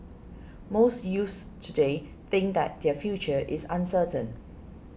most youths today think that their future is uncertain